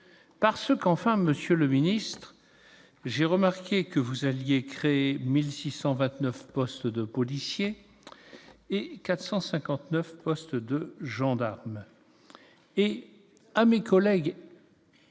parce qu'enfin, Monsieur le Ministre, j'ai remarqué que vous alliez créer 1629 postes de policiers, et 459 postes de gendarmes et à mes collègues